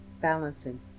balancing